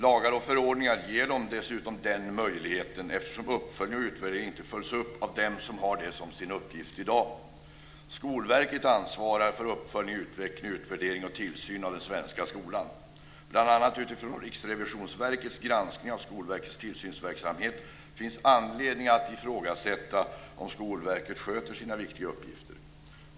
Lagar och förordningar ger dem dessutom den möjligheten, eftersom uppföljningar och utvärderingar inte följs upp av dem som har det som sin uppgift i dag. Skolverket ansvarar för uppföljning, utveckling, utvärdering och tillsyn av den svenska skolan. Bl.a. utifrån Riksrevisionsverkets granskning av Skolverkets tillsynsverksamhet finns det anledning att ifrågasätta om Skolverket sköter sina viktiga uppgifter.